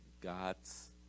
God's